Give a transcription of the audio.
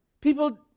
People